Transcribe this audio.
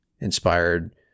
inspired